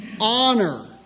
honor